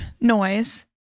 noise